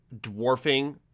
dwarfing